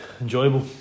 enjoyable